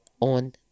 on